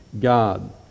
God